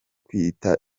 kwita